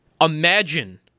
Imagine